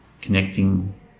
connecting